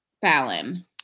Fallon